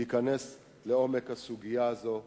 אני מבקש שתיכנס לעומק הסוגיה הזאת.